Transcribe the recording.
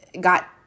got